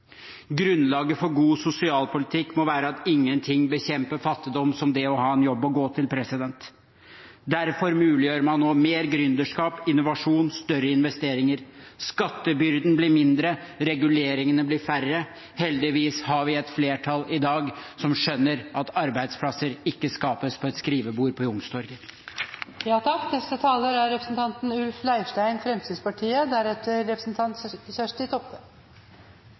Grunnlaget for god sosialpolitikk må være at ingenting bekjemper fattigdom som det å ha en jobb å gå til. Derfor muliggjør man mer gründerskap, innovasjon – større investeringer. Skattebyrden blir mindre, reguleringene blir færre. Heldigvis har vi et flertall i dag som skjønner at arbeidsplasser ikke skapes på et skrivebord på Youngstorget. For Fremskrittspartiet er det helt åpenbart at det er